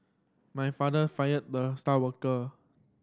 my father fired the star worker